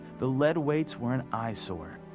the lead weights were an eyesore.